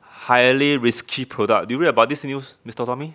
highly risky product did you read about this news mister tommy